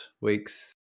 week's